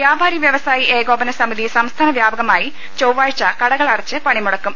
വ്യാപാരി വ്യവസായി ഏകോപനസമിതി സംസ്ഥാന വ്യാപക മായി ചൊവ്വാഴ്ച കടകൾ അടച്ച് പണിമുടക്കും